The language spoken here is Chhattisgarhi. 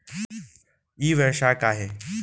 ई व्यवसाय का हे?